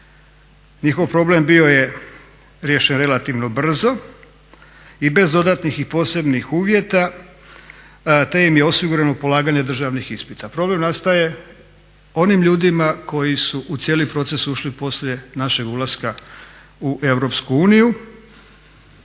Njihov problem bio je riješen relativno brzo i bez dodatnih i posebnih uvjeta, te im je osigurano polaganje državnih ispita. Problem nastaje onim ljudima koji su u cijeli proces ušli poslije našeg ulaska u EU